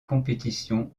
compétitions